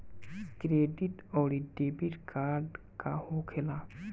Credit आउरी debit card का होखेला?